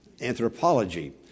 anthropology